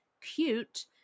cute